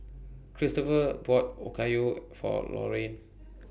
Cristopher bought Okayu For Laurine